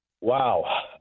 Wow